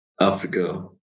Africa